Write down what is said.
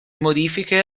modifiche